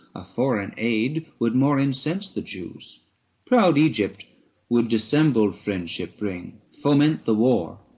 a foreign aid would more incense the jews proud egypt would dissembled friendship bring, foment the war,